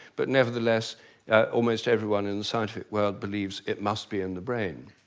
but nevertheless almost everyone in the scientific world believes it must be in the brain.